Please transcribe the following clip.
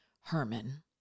Herman